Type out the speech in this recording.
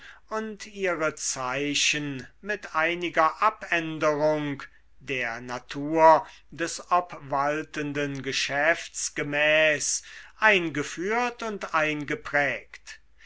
und ihre zeichen mit einiger abänderung der natur des obwaltenden geschäfts gemäß eingeführt und eingeprägt